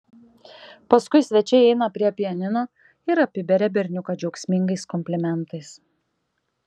paskui svečiai eina prie pianino ir apiberia berniuką džiaugsmingais komplimentais